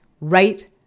right